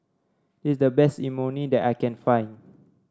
this is the best Imoni that I can find